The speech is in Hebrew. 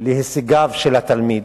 להישגיו של התלמיד,